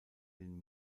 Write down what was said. den